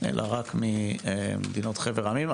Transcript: אלא רק ממדינות חבר העמים.